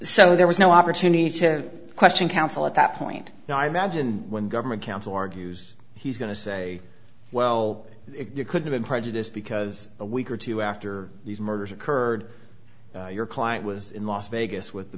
so there was no opportunity to question counsel at that point now imagine when government counsel argues he's going to say well you could have been prejudiced because a week or two after these murders occurred your client was in las vegas with the